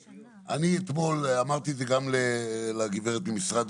אני אתמול אמרתי את זה גם לגברת ממשרד